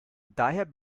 daher